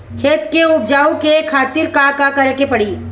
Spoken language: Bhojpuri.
खेत के उपजाऊ के खातीर का का करेके परी?